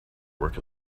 work